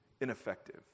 ineffective